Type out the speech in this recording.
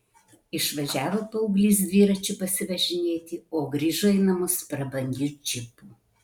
išvažiavo paauglys dviračiu pasivažinėti o grįžo į namus prabangiu džipu